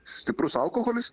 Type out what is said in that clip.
stiprus alkoholis